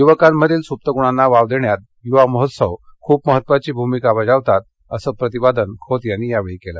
युवकांमधील सुप्त गृणांना वाव देण्यात युवा महोत्सव खुप महत्वाची भूमिका बजावतात असं प्रतिपादन खोत यांनी यावेळी व्यक्त केलं